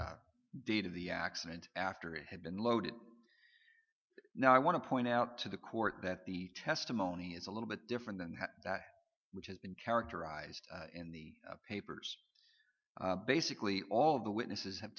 date of the accident after it had been loaded now i want to point out to the court that the testimony is a little bit different than that which has been characterized in the papers basically all of the witnesses have